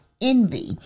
envy